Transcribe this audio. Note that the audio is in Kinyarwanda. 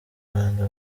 rwanda